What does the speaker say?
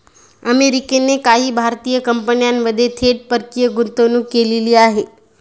अमेरिकेने काही भारतीय कंपन्यांमध्ये थेट परकीय गुंतवणूक केलेली आहे